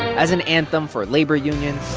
as an anthem for labor unions.